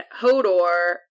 Hodor